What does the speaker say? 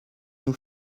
nous